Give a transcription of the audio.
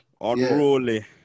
unruly